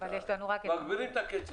היינו מגבירים את הקצב,